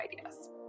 ideas